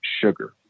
sugar